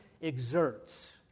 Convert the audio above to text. exerts